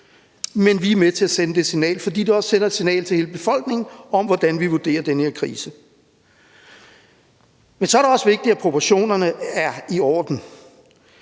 men vi er med til at sende det signal, fordi det også sender et signal til hele befolkningen om, hvordan vi vurderer den her krise. Men så er det også vigtigt, at proportionerne er i orden.